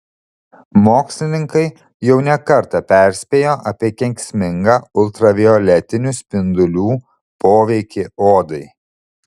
mokslininkai jau ne kartą perspėjo apie kenksmingą ultravioletinių spindulių poveikį odai